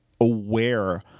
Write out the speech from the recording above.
aware